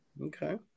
Okay